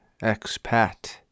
expat